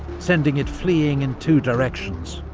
sending it fleeing in two directions.